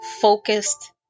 focused